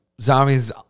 zombies